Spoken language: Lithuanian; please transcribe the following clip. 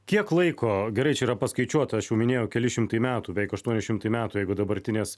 kiek laiko gerai čia yra paskaičiuota aš jau minėjau keli šimtai metų beveik aštuoni šimtai metų jeigu dabartinės